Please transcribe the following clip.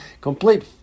complete